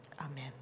Amen